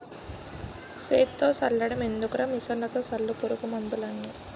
సేత్తో సల్లడం ఎందుకురా మిసన్లతో సల్లు పురుగు మందులన్నీ